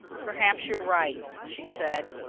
perhaps you're right, she said.